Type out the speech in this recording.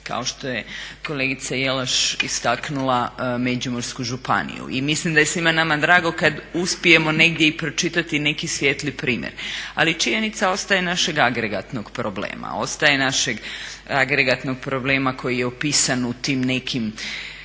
kao što je kolegica Jelaš istaknula Međimursku županiju. I mislim da je svima nama drago kad uspijemo negdje i pročitati neki svijetli primjer. Ali, činjenica ostaje našeg agregatnog problema koji je opisan u tim nekim